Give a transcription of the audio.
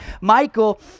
Michael